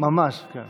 ממש, כן.